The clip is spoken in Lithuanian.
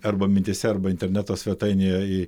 arba mintyse arba interneto svetainėje į